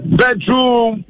bedroom